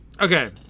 okay